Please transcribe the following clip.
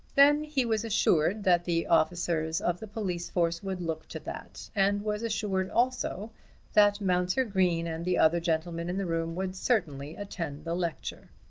then he was assured that the officers of the police force would look to that, and was assured also that mounser green and the other gentlemen in the room would certainly attend the lecture.